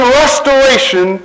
restoration